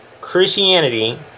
Christianity